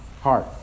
heart